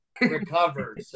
recover